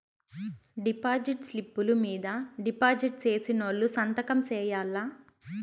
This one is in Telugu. డిపాజిట్ స్లిప్పులు మీద డిపాజిట్ సేసినోళ్లు సంతకం సేయాల్ల